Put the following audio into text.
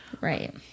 right